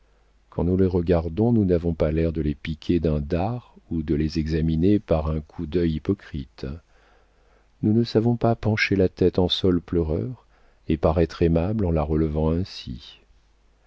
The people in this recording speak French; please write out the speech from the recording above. quand nous les regardons nous n'avons pas l'air de les piquer d'un dard ou de les examiner par un coup d'œil hypocrite nous ne savons pas pencher la tête en saule pleureur et paraître aimables en la relevant ainsi